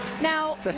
now